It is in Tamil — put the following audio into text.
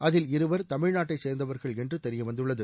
அதில் இருவர் தமிழ்நாட்டைச் சேர்ந்தவர்கள் என்று தெரிய வந்துள்ளது